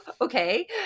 okay